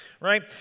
right